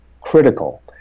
critical